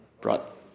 brought